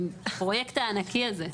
הפרויקט הענקי הזה?